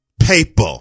paper